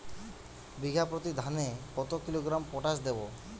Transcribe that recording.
বিঘাপ্রতি ধানে কত কিলোগ্রাম পটাশ দেবো?